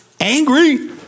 angry